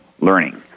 learning